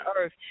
earth